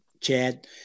Chad